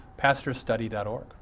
pastorstudy.org